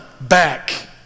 back